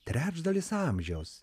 trečdalis amžiaus